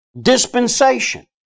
dispensation